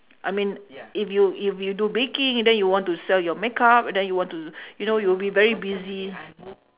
I mean if you if you do baking then you want to sell your make-up then you want to you know you will be very busy